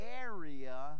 area